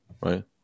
right